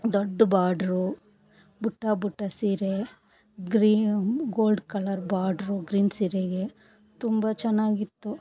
ದೊಡ್ಡ ಬಾಡ್ರು ಬುಟ್ಟ ಬುಟ್ಟ ಸೀರೆ green gold colour border green ಸೀರೆಗೆ ತುಂಬ ಚೆನ್ನಾಗಿತ್ತು